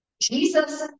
Jesus